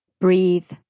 breathe